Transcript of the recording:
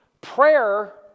Prayer